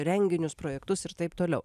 renginius projektus ir taip toliau